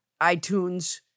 iTunes